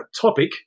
topic